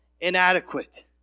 inadequate